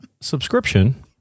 subscription